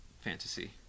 fantasy